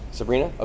Sabrina